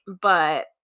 but-